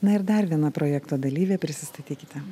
na ir dar viena projekto dalyvė prisistatykite